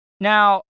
Now